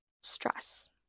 stress